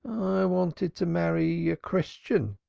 i wanted to marry a christian?